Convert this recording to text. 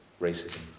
racism